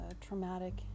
traumatic